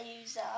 user